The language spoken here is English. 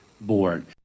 board